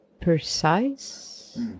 precise